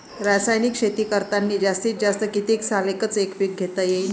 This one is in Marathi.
रासायनिक शेती करतांनी जास्तीत जास्त कितीक साल एकच एक पीक घेता येईन?